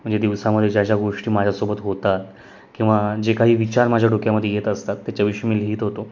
म्हणजे दिवसामध्ये ज्या ज्या गोष्टी माझ्यासोबत होतात किंवा जे काही विचार माझ्या डोक्यामध्ये येत असतात त्याच्याविषयी मी लिहीत होतो